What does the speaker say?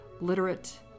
literate